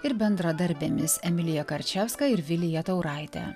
ir bendradarbėmis emilija karčevska ir vilija tauraite